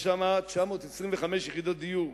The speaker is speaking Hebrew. יש שם 925 יחידות דיור,